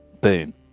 boom